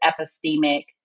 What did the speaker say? epistemic